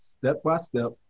step-by-step